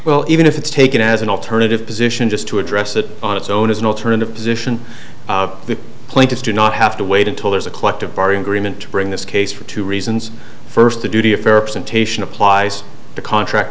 well even if it's taken as an alternative position just to address it on its own as an alternative position the plaintiffs do not have to wait until there's a collective bargain greenman to bring this case for two reasons first the duty of applies to contract